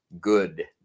good